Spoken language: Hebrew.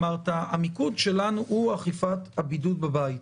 אמרת: המיקוד שלנו הוא אכיפת הבידוד בבית.